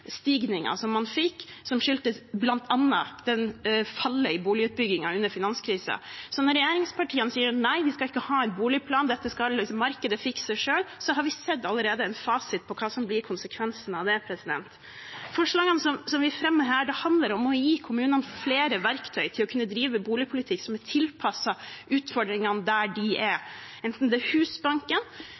man fikk, som skyldtes bl.a. fallet i boligutbyggingen under finanskrisen. Så når regjeringspartiene sier at nei, vi skal ikke ha en boligplan, dette skal markedet fikse selv, så har vi allerede sett en fasit på hva som blir konsekvensene av det. Forslagene vi fremmer her, handler om å gi kommunene flere verktøy til å kunne drive boligpolitikk som er tilpasset utfordringene der de er. Det kan være Husbanken,